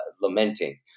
lamenting